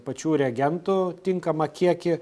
pačių reagentų tinkamą kiekį